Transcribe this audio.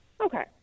Okay